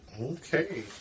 Okay